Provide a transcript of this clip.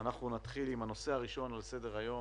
אנחנו נתחיל עם הנושא הראשון שעל סדר-היום: